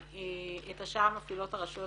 את השאר מפעילות הרשויות